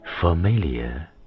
familiar